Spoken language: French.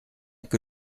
que